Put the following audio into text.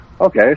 okay